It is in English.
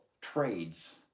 trades